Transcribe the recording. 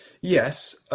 Yes